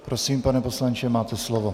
Prosím, pane poslanče, máte slovo.